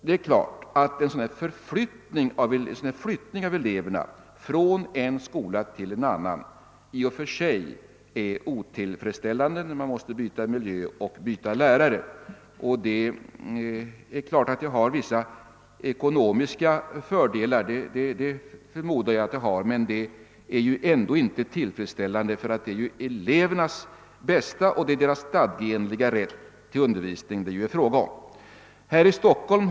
Det är givet att en sådan flyttning av eleverna från en skola till en annan i och för sig är otillfredsställande. Man måste byta miljö och lärare. Det har vissa ekonomiska fördelar, förmodar jag, men detta är ändå inte tillfredsställande, ty det är ju elevernas bästa och deras stadgeenliga rätt till undervisning som det är fråga om.